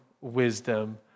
wisdom